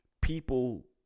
people